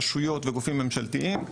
רשויות וגופים ממשלתיים.